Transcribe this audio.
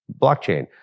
blockchain